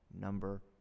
Number